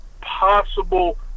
possible